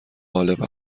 غالب